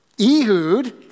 Ehud